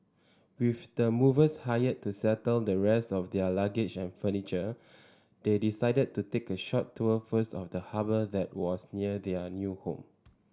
with the movers hired to settle the rest of their luggage and furniture they decided to take a short tour first of the harbour that was near their new home